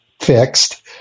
fixed